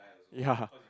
ya